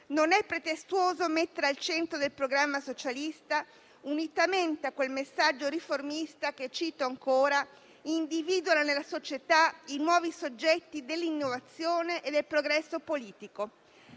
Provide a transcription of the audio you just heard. non è pretestuoso mettere al centro del programma socialista unitamente a quel messaggio riformista che individua nella società i nuovi soggetti dell'innovazione e del progresso politico.